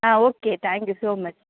ah okay thank you so much